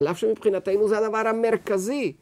על אף שמבחינתיים הוא זה הדבר המרכזי.